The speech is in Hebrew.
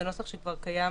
זה נוסח שכבר קיים